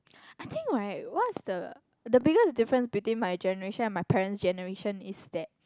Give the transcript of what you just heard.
I think right what's the the biggest difference between my generation and my parents' generation is that